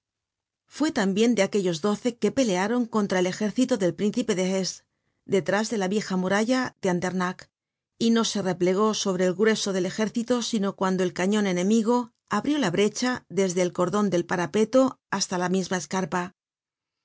fue tambien de aquellos doce que pelearon contra el ejército del príncipe de hesse detrás dela vieja muralla de andernach y no se replegó sobre el grueso del ejército sino cuando el cañon enemigo abrió la brecha desde el cordon del parapeto hasta la misma escarpa